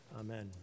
amen